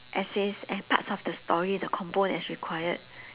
essays and parts of the story the compo that's required